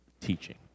teaching